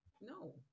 No